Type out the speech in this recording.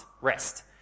rest